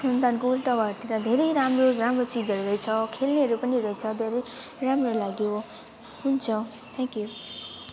अनि त्यहाँदेखिको उल्टा घरतिर धेरै राम्रो राम्रो चिजहरू रहेछ खेल्नेहरू पनि रहेछ धेरै राम्रो लाग्यो हुन्छ थ्याङ्क्यु